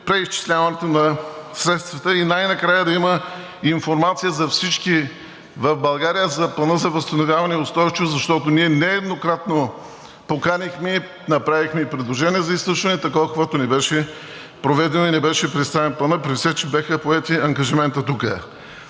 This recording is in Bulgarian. преизчисляването на средствата – да има информация за всички в България за Националния план за възстановяване и устойчивост. Защото ние нееднократно поканихме и направихме предложение за изслушване, такова каквото не беше проведено и не беше представен Планът, при все че бяха поели ангажимент тук.